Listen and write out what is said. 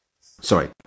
sorry